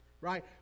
Right